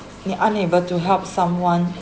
un~ unable to help someone